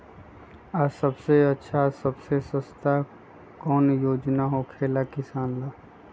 आ सबसे अच्छा और सबसे सस्ता कौन योजना होखेला किसान ला?